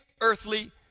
earthly